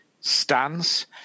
stance